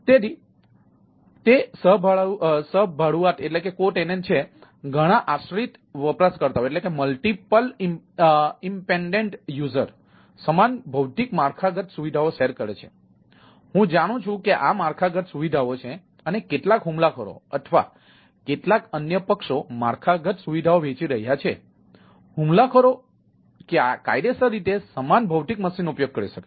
તેથી તે સહભાડુઆત પર ગ્રાહકના નિયંત્રણના અભાવનો કાયદેસર રીતે ઉપયોગ કરી શકે છે